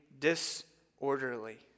disorderly